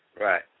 Right